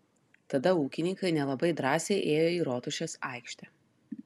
tada ūkininkai nelabai drąsiai ėjo į rotušės aikštę